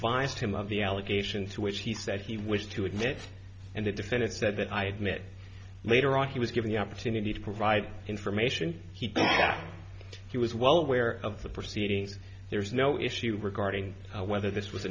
him of the allegation to which he said he wished to admit and the defendant said that i admit later on he was given the opportunity to provide information he was well aware of the proceedings there's no issue regarding whether this was